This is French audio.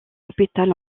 hôpital